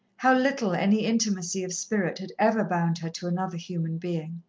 how little any intimacy of spirit had ever bound her to another human being.